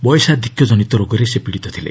ବୟସାଧିକଜନିତ ରୋଗରେ ସେ ପୀଡ଼ିତ ଥିଲେ